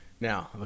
Now